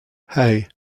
hey